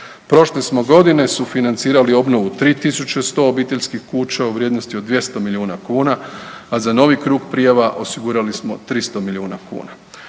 Prošle smo godine sufinancirali obnovu 3100 obiteljskih kuća u vrijednosti od 200 milijuna kuna a za novi krug prijava osigurali smo 300 milijuna kuna.